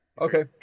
Okay